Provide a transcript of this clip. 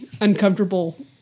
uncomfortable